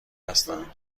هستند